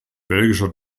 belgischer